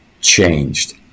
changed